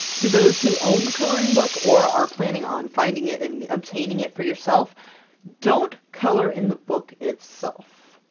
to those who own the coloring book or are planning on finding it and obtaining it for yourself don't color in the book itself!